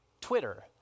Twitter